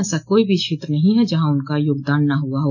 ऐसा कोई भी क्षेत्र नहीं हैं जहां उनका योगदान न हुआ हो